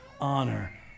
Honor